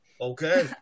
Okay